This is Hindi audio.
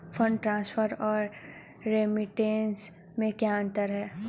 फंड ट्रांसफर और रेमिटेंस में क्या अंतर है?